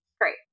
Great